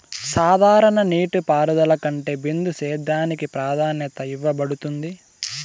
సాధారణ నీటిపారుదల కంటే బిందు సేద్యానికి ప్రాధాన్యత ఇవ్వబడుతుంది